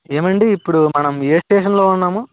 ఏమండీ ఇప్పుడు మనం ఏ స్టేషన్ లో ఉన్నాము